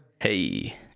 Hey